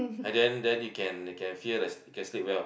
and then then you can you can feel it like you sleep well